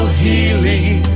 healing